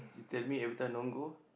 you tell me every time don't go